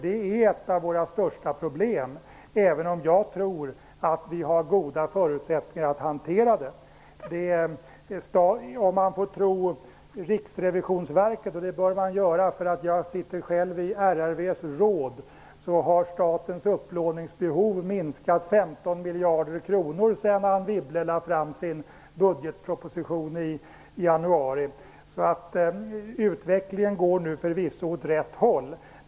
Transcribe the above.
Det är ett av våra största problem, även om jag tror att vi har goda förutsättningar att hantera det. Om man får tro Riksrevisionsverket, och det bör man göra -- jag sitter själv i RRV:s råd -- har statens upplåningsbehov minskat med 15 miljarder kronor sedan Anne Wibble lade fram sin budget i januari. Utvecklingen går alltså nu förvisso åt rätt håll.